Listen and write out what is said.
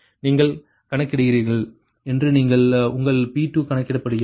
நீங்கள் கணக்கிடுகிறீர்கள் என்று உங்கள் P2 கணக்கிடப்படுகிறது